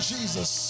Jesus